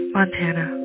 Montana